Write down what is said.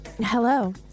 Hello